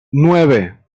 nueve